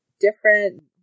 different